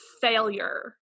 failure